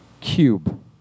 Cube